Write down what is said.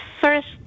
first